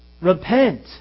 Repent